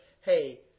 Hey